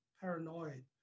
paranoid